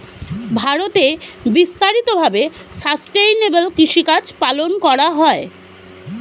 ভারতে বিস্তারিত ভাবে সাসটেইনেবল কৃষিকাজ পালন করা হয়